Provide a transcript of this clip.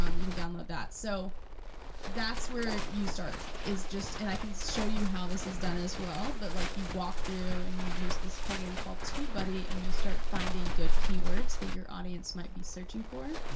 um you can download that. so that's where you start, is just, and i can show you how this is done as well, but like, you walk through and you use this plugin called tubebuddy, and you start finding good keywords that your audience might be searching for.